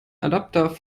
adapter